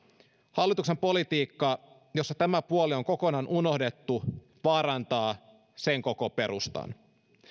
hallituksen politiikka jossa tämä puoli on kokonaan unohdettu vaarantaa sen koko perustan